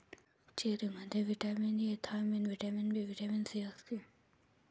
चेरीमध्ये vitamin A, thiamine, vitamin B, vitamin C असते